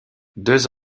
deux